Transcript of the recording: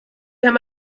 haben